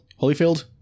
Holyfield